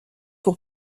pour